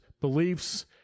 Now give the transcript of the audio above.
beliefs